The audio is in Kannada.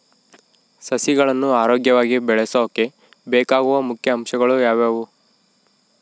ಸಸಿಗಳನ್ನು ಆರೋಗ್ಯವಾಗಿ ಬೆಳಸೊಕೆ ಬೇಕಾಗುವ ಮುಖ್ಯ ಅಂಶಗಳು ಯಾವವು?